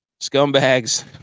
Scumbags